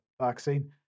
vaccine